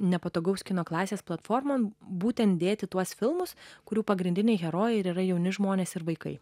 nepatogaus kino klasės platformą būtent dėti tuos filmus kurių pagrindiniai herojai ir yra jauni žmonės ir vaikai